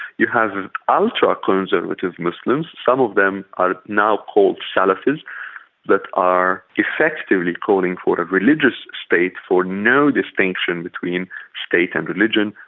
you have ultra-conservative muslims some of them are now called salafis that are effectively calling for a religious state, for no distinction between state and religion,